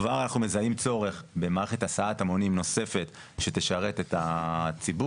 כבר אנחנו מזהים צורך במערכת הסעת המונים נוספת שתשרת את הציבור,